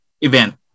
Event